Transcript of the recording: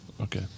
Okay